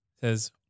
says